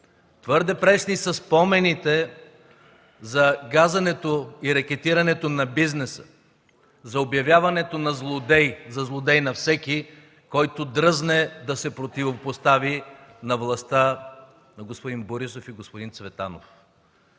Твърде пресни са спомените за газенето и рекетирането на бизнеса, за обявяването за злодей на всеки, който дръзне да се противопостави на властта на господин Борисов и господин Цветанов.